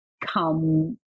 come